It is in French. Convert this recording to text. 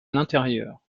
l’intérieur